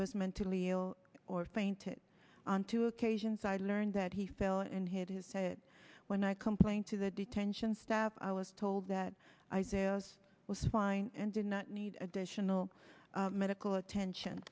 was mentally ill or fainted on two occasions i learned that he fell and hit his head when i complained to the detention staff i was told that i was a us was fine and did not need additional medical attention